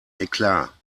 eklat